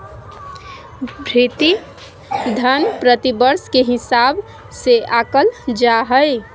भृति धन प्रतिवर्ष के हिसाब से आँकल जा हइ